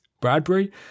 Bradbury